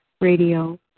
radio